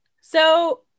So-